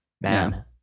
Man